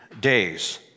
days